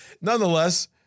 nonetheless